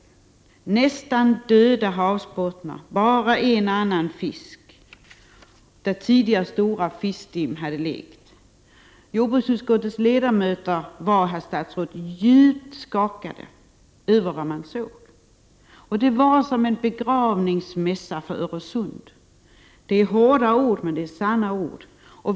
Den visade havsbottnar som var nästan döda, och det fanns bara en och annan fisk där stora fiskstim tidigare lekte. Jordbruksutskottets ledamöter var, herr statsråd, djupt skakade över vad de såg. Det var som en begravningsmässa över Öresund. Det är hårda men sanna ord.